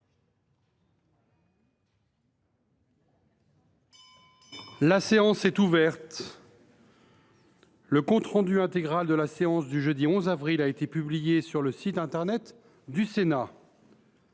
La séance est ouverte. Le compte rendu intégral de la séance du jeudi 18 avril 2024 a été publié sur le site internet du Sénat.